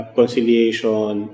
conciliation